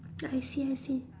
I see I see